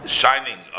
shining